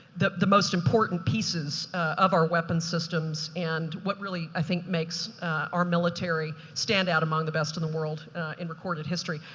the the most important pieces of our weapons systems and what really, i think makes our military stand out among the best in the world in recorded history.